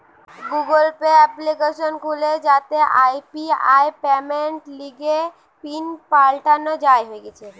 Google Pay application খুলে যাতে UPI পেমেন্টের লিগে পিন পাল্টানো যায়